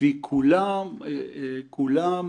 כשמסתכלים על המאה ה-20,